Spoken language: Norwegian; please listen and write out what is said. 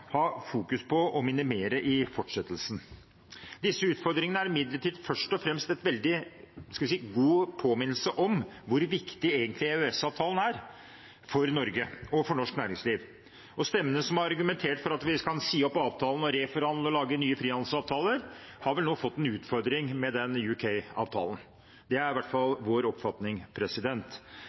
på å minimere i fortsettelsen. Disse utfordringene er imidlertid først og fremst en veldig god påminnelse om hvor viktig EØS-avtalen egentlig er for Norge og for norsk næringsliv. Stemmene som har argumentert for at vi kan si opp avtalen og reforhandle og lage nye frihandelsavtaler, har nå fått en utfordring med den nye UK-avtalen. Det er i hvert fall vår oppfatning.